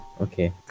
okay